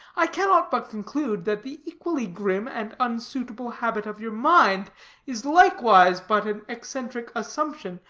i cannot but conclude that the equally grim and unsuitable habit of your mind is likewise but an eccentric assumption,